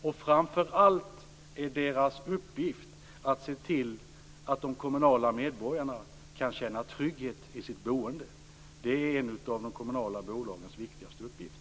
Deras uppgift är framför allt att se till att medborgarna i kommunerna kan känna trygghet i sitt boende. Det är en av de kommunala bolagens viktigaste uppgifter.